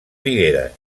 figueres